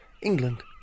England